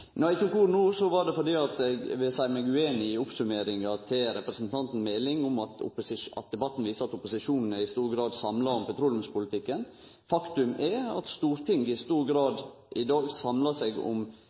Når eg tok ordet no, var det for å seie meg ueinig i oppsummeringa til representanten Meling om at debatten viser at opposisjonen i stor grad er samla om petroleumspolitikken. Faktum er at Stortinget i dag i stor grad samlar seg om